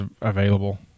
available